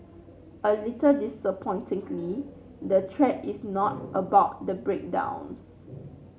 a little disappointingly the thread is not about the breakdowns